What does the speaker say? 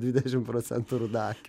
dvidešim procentų rudaakių